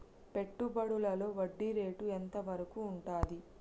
పెట్టుబడులలో వడ్డీ రేటు ఎంత వరకు ఉంటది?